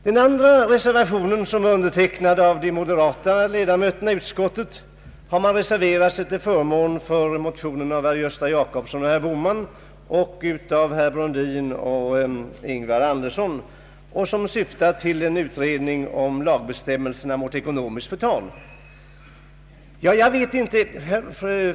Den andra reservationen, som är undertecknad av de moderata ledamöterna i utskottet, är avgiven till förmån för motioner av herrar Gösta Jacobsson och Bohman samt av herrar Brundin och Ingvar Andersson, vilka syftar till utredning om lagbestämmelserna mot ekonomiskt förtal.